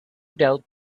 doubt